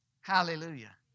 Hallelujah